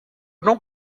não